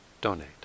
donate